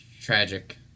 tragic